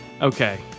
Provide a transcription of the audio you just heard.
Okay